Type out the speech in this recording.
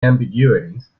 ambiguities